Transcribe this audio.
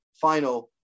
final